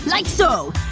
like so.